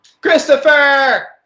Christopher